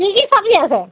কি কি চব্জি আছে